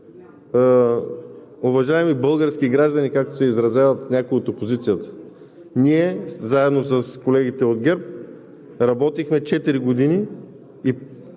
Уважаеми български граждани, както се изразяват някои от опозицията, ние заедно с колегите от ГЕРБ, работихме четири